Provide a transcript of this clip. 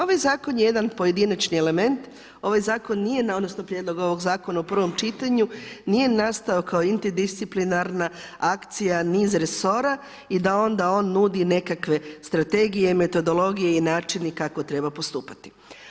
Ovaj Zakon je jedan pojedinačni element, ovaj Zakon nije, odnosno Prijedlog ovog Zakona u prvom čitanju nije nastao kao interdisciplinarna akcija niz resora i da onda on nudi nekakve strategije, metodologije i načine kako treba postupati.